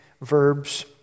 verbs